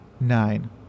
nine